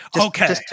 Okay